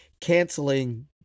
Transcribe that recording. canceling